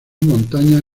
montañas